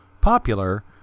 popular